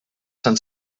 sant